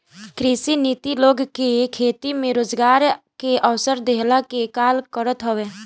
कृषि नीति लोग के खेती में रोजगार के अवसर देहला के काल करत हवे